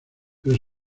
pero